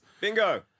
Bingo